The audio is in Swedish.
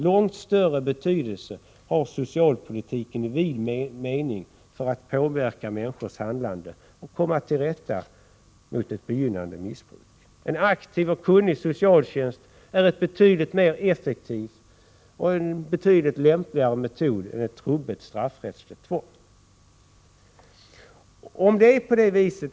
Långt större betydelse har socialpolitiken i vid mening när det gäller att påverka människors handlande och människors förmåga att komma till rätta med ett begynnande missbruk. En aktiv och kunnig socialtjänst är en betydligt mer effektiv och lämplig metod än ett trubbigt straffrättsligt tvång.